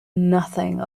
nothing